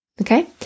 Okay